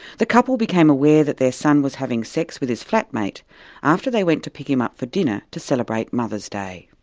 the couple became aware that their son was having sex with his flatmate after they went to pick him up for dinner to celebrate mothers' day.